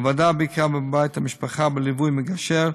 הוועדה ביקרה בבית המשפחה בליווי מגשר.